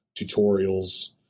tutorials